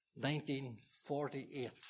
1948